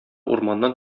урманнан